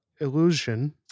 Illusion